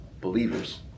believers